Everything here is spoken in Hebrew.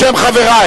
בשם חברי